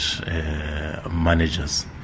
managers